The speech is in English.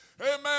Amen